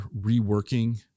reworking